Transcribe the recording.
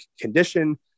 condition